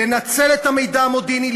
לנצל את המידע המודיעיני,